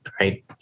right